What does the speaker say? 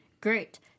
great